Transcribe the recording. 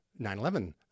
9-11